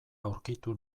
aurkitu